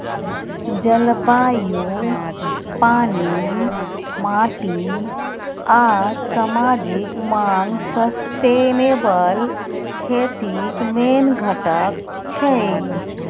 जलबायु, पानि, माटि आ समाजिक माँग सस्टेनेबल खेतीक मेन घटक छै